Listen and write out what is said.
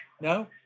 No